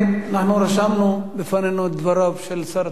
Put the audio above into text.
אנחנו רשמנו בפנינו את דבריו של שר התיירות.